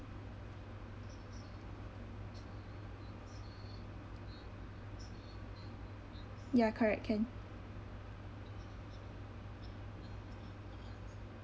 ya correct can